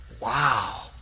Wow